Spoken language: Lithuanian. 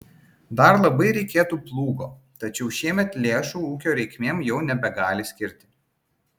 dar labai reikėtų plūgo tačiau šiemet lėšų ūkio reikmėm jau nebegali skirti